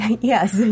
Yes